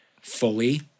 fully